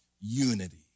unity